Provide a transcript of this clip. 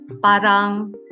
Parang